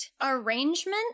arrangement